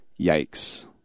Yikes